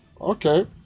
Okay